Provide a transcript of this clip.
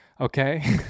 Okay